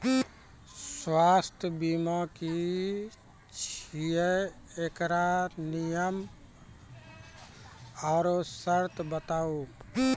स्वास्थ्य बीमा की छियै? एकरऽ नियम आर सर्त बताऊ?